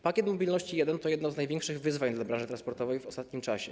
Pakiet Mobilności I to jedno z największych wyzwań dla branży transportowej w ostatnim czasie.